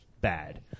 bad